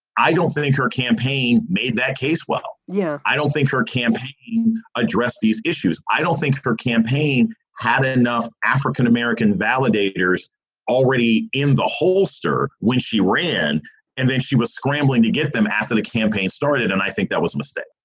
i don't think her campaign made that case. well, yeah, i don't think her campaign address these issues. i don't think her campaign had enough african-american validators already in the holster when she ran and then she was scrambling to get them after the campaign started. and i think that was a mistake